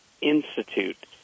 Institute